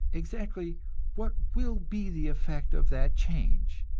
exactly what will be the effect of that change,